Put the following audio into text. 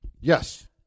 Yes